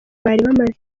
bamaze